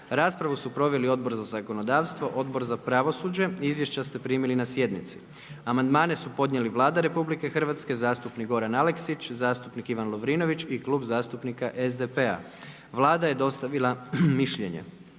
Raspravu su proveli Odbor za zakonodavstvo, Odbor za pravosuđe i izvješća ste primili na sjednici. Amandmane su podnijeli Vlada Republike Hrvatske, zastupnik Goran Aleksić, zastupnik Ivan Lovrinović i Klub zastupnika SDP-a. Vlada je dostavila mišljenje.